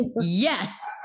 yes